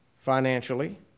financially